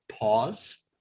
pause